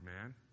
man